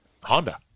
Honda